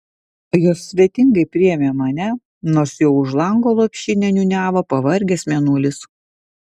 jos svetingai priėmė mane nors jau už lango lopšinę niūniavo pavargęs mėnulis